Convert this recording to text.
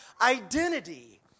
identity